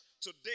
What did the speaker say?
today